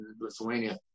Lithuania